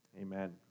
Amen